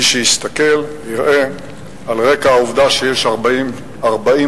מי שיסתכל יראה על רקע העובדה שיש 40 חברי,